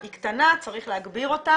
היא קטנה, צריך להגביר אותה.